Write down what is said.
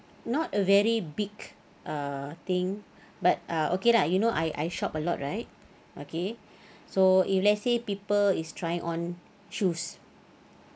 not a very big uh thing but ah okay lah you know I I shop a lot right okay so if let's say people is trying on shoes